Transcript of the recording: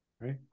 right